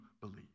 believe